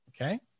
okay